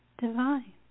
divine